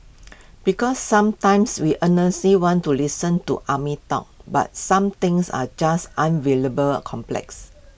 because sometimes we earnestly want to listen to army talk but some things are just unbelievably complex